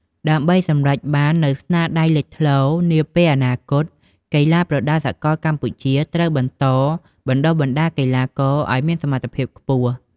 ដើម្បីសម្រេចបាននូវស្នាដៃលេចធ្លោនាពេលអនាគត កីឡាប្រដាល់សកលនៅកម្ពុជាត្រូវបន្តបណ្តុះបណ្តាលកីឡាករឲ្យមានសមត្ថភាពខ្ពស់។